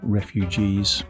refugees